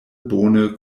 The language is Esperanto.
bone